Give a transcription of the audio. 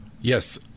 Yes